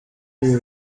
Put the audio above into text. ibi